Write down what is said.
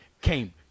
came